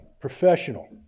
professional